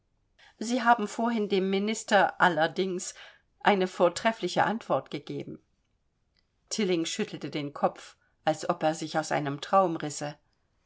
sie haben vorhin dem minister allerdings eine vortreffliche antwort gegeben tilling schüttelte den kopf als ob er sich aus einem traume risse